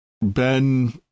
Ben